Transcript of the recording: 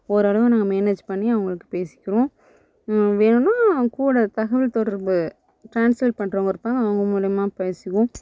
ஓரளவு நாங்கள் மேனேஜ் பண்ணி அவங்கள்ட்ட பேசிக்கிறோம் வேணும்னா அவங்க கூட தகவல் தொடர்பு ட்ரான்ஸ்லேட் பண்றவங்க இருப்பாங்க அவங்க மூலைமா பேசுவோம்